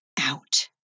out